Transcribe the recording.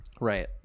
Right